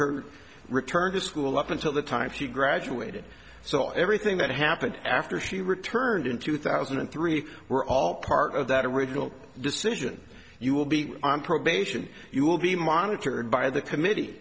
her return to school up until the time she graduated so everything that happened after she returned in two thousand and three were all part of that original decision you will be on probation you will be monitored by the committee